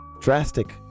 drastic